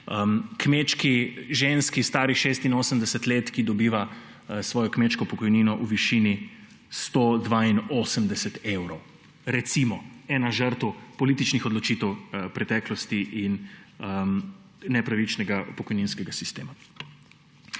kmečki ženski, stari 86 let, ki dobiva svojo kmečko pokojnino v višini 182 evrov. Recimo ena žrtev političnih odločitev v preteklosti in nepravičnega pokojninskega sistema.